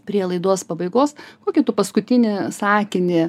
prie laidos pabaigos kokį tu paskutinį sakinį